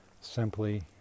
simply